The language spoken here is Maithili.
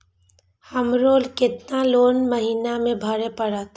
हमरो केतना लोन महीना में भरे परतें?